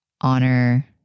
honor